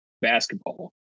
basketball